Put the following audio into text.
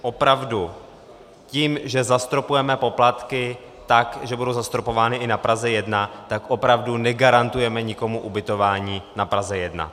Opravdu tím, že zastropujeme poplatky tak, že budou zastropovány i na Praze 1, tak opravdu negarantujeme nikomu ubytování na Praze 1.